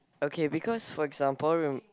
okay because for example rem~